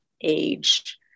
age